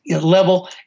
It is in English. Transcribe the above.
level